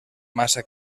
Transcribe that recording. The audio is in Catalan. massa